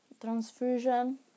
transfusion